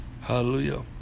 Hallelujah